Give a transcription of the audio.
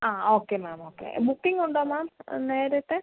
ആ okay ma'am okay booking ഉണ്ടോ ma'am നേരിട്ട്